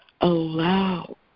allow